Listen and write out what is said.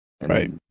Right